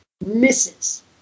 misses